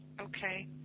Okay